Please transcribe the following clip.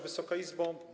Wysoka Izbo!